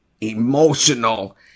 emotional